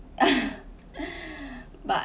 but